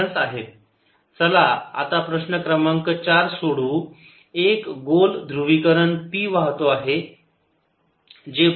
Ez1Ez2 चला आता प्रश्न क्रमांक चार सोडून एक गोल ध्रुवीकरण p वाहतो आहे जे बरोबर आहे p नॉट z